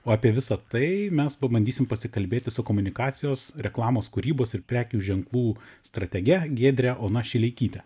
o apie visa tai mes pabandysim pasikalbėti su komunikacijos reklamos kūrybos ir prekių ženklų stratege giedre ona šileikyte